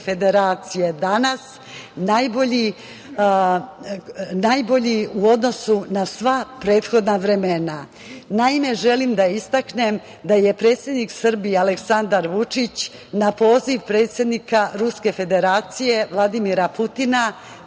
Federacije danas najbolji u odnosu na sva prethodna vremena. Naime, želim da istaknem da je predsednik Srbije Aleksandar Vučić, na poziv predsednika Ruske Federacije Vladimira Putina,